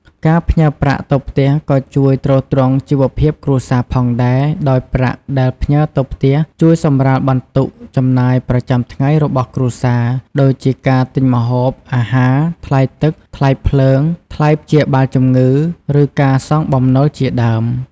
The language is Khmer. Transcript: ការផ្ញើប្រាក់ទៅផ្ទះក៏ជួយទ្រទ្រង់ជីវភាពគ្រួសារផងដែរ ដោយប្រាក់ដែលផ្ញើទៅផ្ទះជួយសម្រាលបន្ទុកចំណាយប្រចាំថ្ងៃរបស់គ្រួសារ ដូចជាការទិញម្ហូបអាហារ ថ្លៃទឹក ថ្លៃភ្លើង ថ្លៃព្យាបាលជំងឺ ឬការសងបំណុលជាដើម។